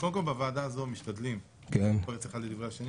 בוועדה הזאת משתדלים לא להתפרץ אחד לדברי השני,